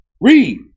Read